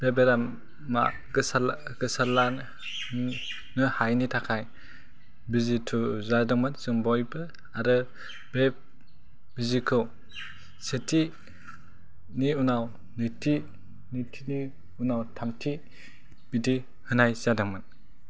बे बेरामा गोसारलानो हायैनि थाखाय बिजि थुजादोंमोन जों बयबो आरो बे बिजिखौ सेथिनि उनाव नैथि नैथि उनाव थामथि बिदि होनाय जादोंमोन